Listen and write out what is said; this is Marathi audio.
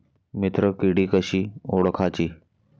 मित्र किडी कशी ओळखाची?